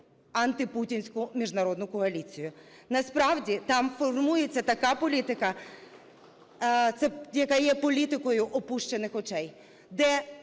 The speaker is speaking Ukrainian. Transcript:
антипутінську міжнародну коаліцію, насправді там формується така політика, яка є політикою опущених очей, це